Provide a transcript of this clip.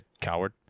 coward